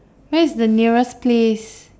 where's the nearest place